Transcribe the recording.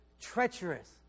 treacherous